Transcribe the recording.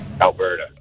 Alberta